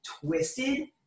twisted